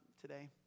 today